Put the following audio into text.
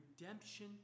redemption